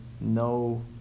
no